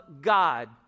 God